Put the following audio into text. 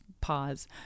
Pause